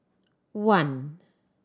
one